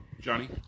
Johnny